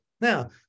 Now